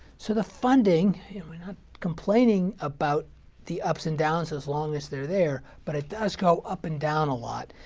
so the funding you know, we're not complaining about the ups and downs as long as they're there, but it does go up and down a lot.